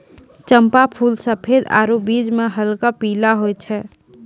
चंपा फूल सफेद आरु बीच मह हल्क पीला होय छै